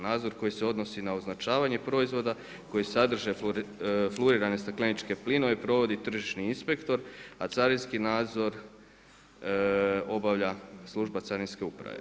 Nadzor koji se odnosi na označavanje proizvoda koji sadrže flurirane stakleničke plinove provodi tržišni inspektor, a carinski nadzor obavlja služba Carinske uprave.